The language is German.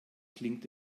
klingt